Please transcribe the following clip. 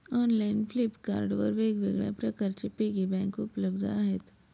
online Flipkart वर वेगवेगळ्या प्रकारचे पिगी बँक उपलब्ध आहेत